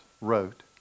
wrote